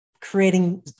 creating